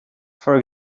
for